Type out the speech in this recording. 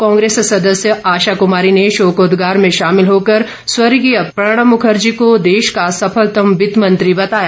कांग्रेस सदस्य आशा कुमारी ने शोकोद्गार में शामिल होकर स्व प्रणब मुखर्जी को देश का सफलतम वित्त मंत्री बताया